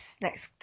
next